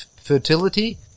fertility